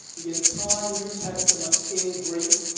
the entire new testament in greek.